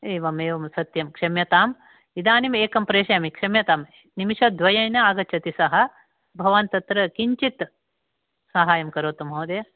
एवम् एवं सत्यं क्षम्यताम् इदानीम् एकं प्रेषयामि क्षम्यतां निमिषद्वयेन आगच्छति सः भवान् तत्र किञ्चित् सहाय्यं करोतु महोदय